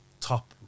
top